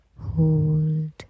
hold